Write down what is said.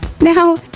Now